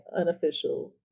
unofficial